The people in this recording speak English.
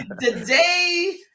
today